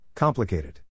Complicated